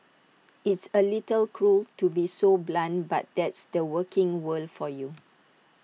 it's A little cruel to be so blunt but that's the working world for you